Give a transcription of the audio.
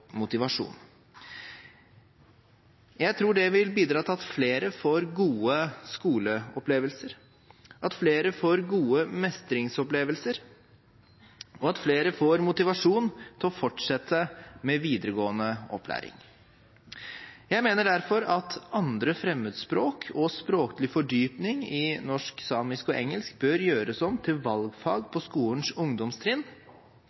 motivasjon. Jeg tror det vil bidra til at flere får gode skoleopplevelser, at flere får gode mestringsopplevelser, og at flere får motivasjon til å fortsette med videregående opplæring. Jeg mener derfor at 2. fremmedspråk og språklig fordypning i norsk, samisk og engelsk bør gjøres om til valgfag på skolens ungdomstrinn,